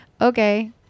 Okay